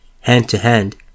hand-to-hand